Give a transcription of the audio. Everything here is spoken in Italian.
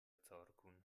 zorqun